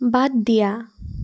বাদ দিয়া